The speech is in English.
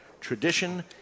tradition